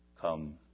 come